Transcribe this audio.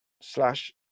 slash